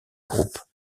groupe